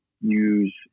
use